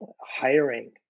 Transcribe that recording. hiring